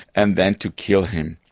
and then to kill him.